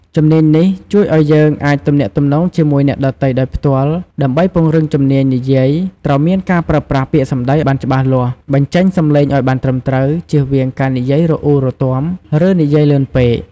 ជំនាញនេះជួយឱ្យយើងអាចទំនាក់ទំនងជាមួយអ្នកដទៃដោយផ្ទាល់ ដើម្បីពង្រឹងជំនាញនិយាយ ត្រូវមានការប្រើប្រាស់ពាក្យសម្ដីបានច្បាស់លាស់ បញ្ចេញសំឡេងឱ្យបានត្រឹមត្រូវ ជៀសវាងការនិយាយរអ៊ូរទាំ ឬនិយាយលឿនពេក។